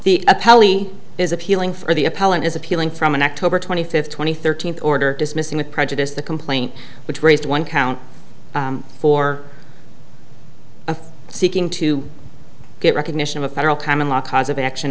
appellee is appealing for the appellant is appealing from an october twenty fifth twenty thirteenth order dismissing the prejudice the complaint which raised one count for a seeking to get recognition of a federal common law cause of action